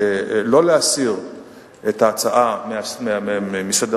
לא להסיר את ההצעה מסדר-היום,